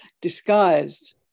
disguised